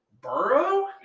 Burrow